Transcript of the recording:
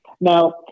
Now